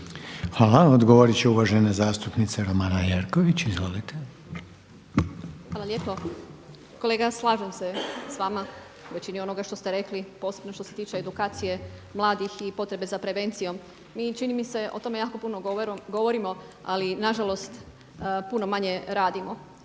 Hvala. Odgovorit će uvažena zastupnica Romana Jerković. Izvolite. **Jerković, Romana (SDP)** Hvala lijepo. Kolega slažem se sa vama u većini onoga što ste rekli posebno što se tiče edukacije mladih i potrebe za prevencijom. Mi čini mi se o tome jako puno govorimo, ali na žalost puno manje radimo.